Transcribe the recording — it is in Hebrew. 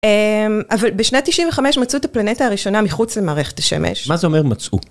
אבל בשנת 95 מצאו את הפלנטה הראשונה מחוץ למערכת השמש. מה זה אומר מצאו?